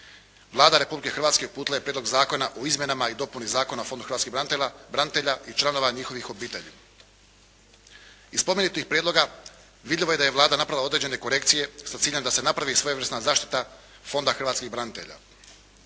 Vlada Republike Hrvatske uputila je Prijedlog zakona o izmjenama i dopuni Zakona o Fondu hrvatskih branitelja i članova njihovih obitelji. Iz spomenutih prijedloga vidljivo je da je Vlada napravila određene korekcije sa ciljem da se napravi svojevrsna zaštita Fonda hrvatskih branitelja.